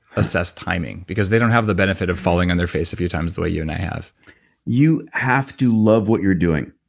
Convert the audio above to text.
assess timing? because they don't have the benefit of falling on their face a few times the way you and i have you have to love what you're doing.